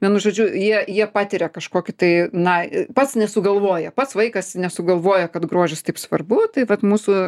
vienu žodžiu jie jie patiria kažkokį tai na pats nesugalvoja pats vaikas nesugalvoja kad grožis taip svarbu tai vat mūsų